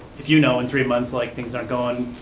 if you know in three months like things aren't going,